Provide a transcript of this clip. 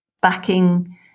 backing